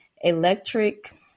electric